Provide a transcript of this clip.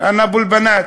אבו אל-בנאת.